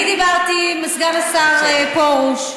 אני דיברתי עם סגן השר פרוש,